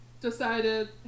decided